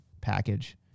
package